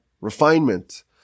refinement